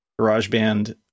GarageBand